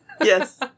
Yes